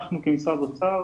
אנחנו כמשרד אוצר